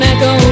Echo